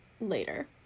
later